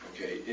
Okay